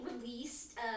released